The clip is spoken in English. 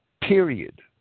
period